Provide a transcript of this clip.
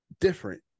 different